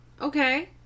Okay